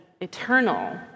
eternal